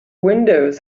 windows